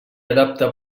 adapta